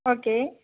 okay